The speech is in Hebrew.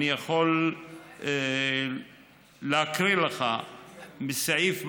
אני יכול להקריא לך מסעיף 258א,